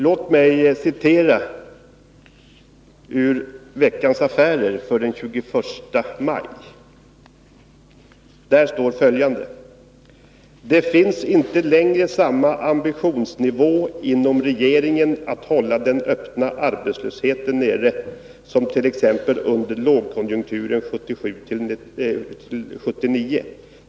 Låt mig citera ur Veckans Affärer den 21 maj: Där står följande: ”Det finns inte längre samma ambitionsnivå inom regeringen att hålla den öppna arbetslösheten nere som t ex under lågkonjunkturåren 1977-1979.